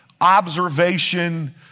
observation